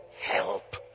Help